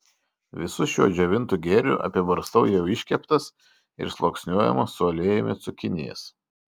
visu šiuo džiovintu gėriu apibarstau jau iškeptas ir sluoksniuojamas su aliejumi cukinijas